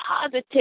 positive